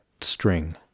string